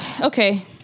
Okay